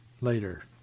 later